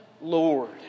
Lord